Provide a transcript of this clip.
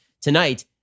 Tonight